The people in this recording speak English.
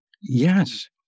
yes